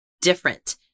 different